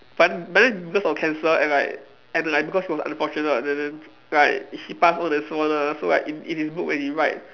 but but then because of cancer and like and like because he was unfortunate and then like he pass on and so on ah so like in in his book when he write